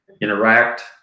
interact